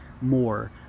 more